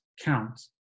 count